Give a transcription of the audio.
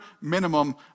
minimum